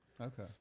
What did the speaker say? Okay